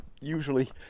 usually